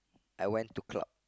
I went to club